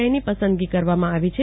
આઈની પસંદગી કરવામાં આવી છે